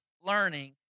learning